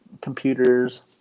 computers